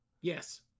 Yes